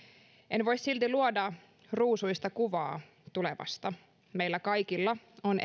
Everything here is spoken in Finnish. en voi silti luoda ruusuista kuvaa tulevasta meillä kaikilla on